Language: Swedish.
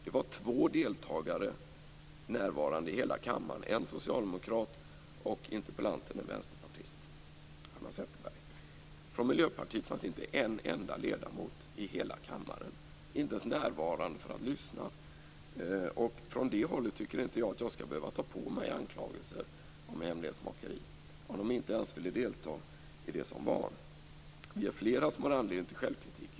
Det var två deltagare närvarande i hela kammaren - en socialdemokrat och den vänsterpartistiska interpellanten Hanna Zetterberg. Från Miljöpartiet fanns inte en enda ledamot i hela kammaren ens närvarande för att lyssna. Jag tycker inte att jag från det hållet skall behöva ta på mig anklagelser om hemlighetsmakeri, när man därifrån inte ens velat delta vid ett sådant tillfälle. Det finns flera som har anledning till självkritik.